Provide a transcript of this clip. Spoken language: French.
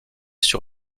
sur